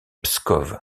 pskov